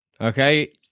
Okay